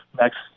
next